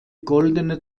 goldene